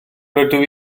rydw